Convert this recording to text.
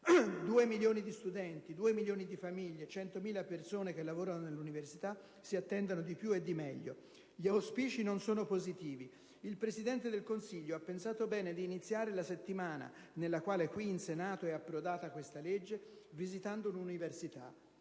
Due milioni di studenti, due milioni di famiglie, 100.000 persone che lavorano nelle università si attendono di più e di meglio. Gli auspici non sono positivi: il Presidente del Consiglio ha pensato bene di iniziare la settimana nella quale qui in Senato è approdata questa legge visitando un'università: